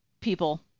people